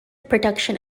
production